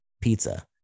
pizza